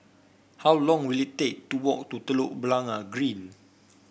how long will it take to walk to Telok Blangah Green